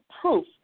proof